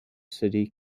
city